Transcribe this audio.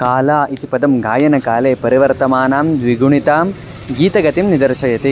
काला इति पदं गायनकाले परिवर्तमानां द्विगुणितां गीतगतिं निदर्शयति